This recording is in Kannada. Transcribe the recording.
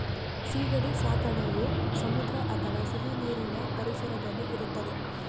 ಸೀಗಡಿ ಸಾಕಣೆಯು ಸಮುದ್ರ ಅಥವಾ ಸಿಹಿನೀರಿನ ಪರಿಸರದಲ್ಲಿ ಇರುತ್ತದೆ